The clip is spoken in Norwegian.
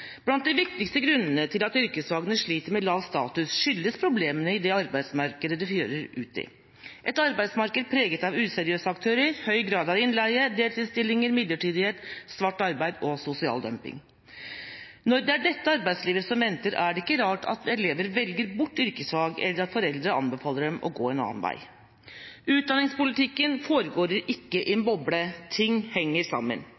Blant de viktigste grunnene til at yrkesfagene sliter med lav status er problemene i det arbeidsmarkedet det fører ut i – et arbeidsmarked preget av useriøse aktører, høy grad av innleie, deltidsstillinger, midlertidighet, svart arbeid og sosial dumping. Når det er dette arbeidslivet som venter, er det ikke rart at elever velger bort yrkesfag, eller at foreldre anbefaler dem å gå en annen vei. Utdanningspolitikken foregår ikke i en boble; ting henger sammen.